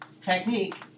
technique